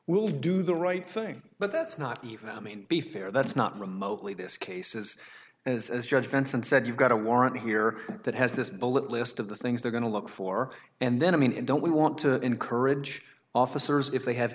we'll do the right thing but that's not even be fair that's not remotely this cases as as judge benson said you've got a warrant here that has this bullet list of the things they're going to look for and then i mean don't we want to encourage officers if they have